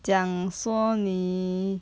讲说你